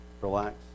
relax